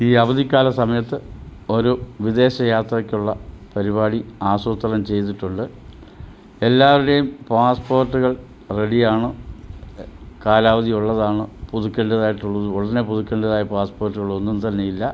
ഈ അവധിക്കാല സമയത്ത് ഒരു വിദേശ യാത്രയ്ക്കുള്ള പരിപാടി ആസൂത്രണം ചെയ്തിട്ടുണ്ട് എല്ലാവരേയും പാസ്പോർട്ടുകൾ റെഡിയാണ് കാലാവധിയുള്ളതാണ് പുതുക്കേണ്ടതായിട്ടുള്ളത് ഉടനെ പുതുക്കേണ്ടതായ പാസ്പോർട്ടുകളൊന്നും തന്നെ ഇല്ല